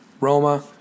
Roma